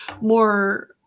more –